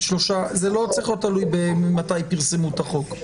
זה לא צריך להיות תלוי במתי פרסמו את החוק.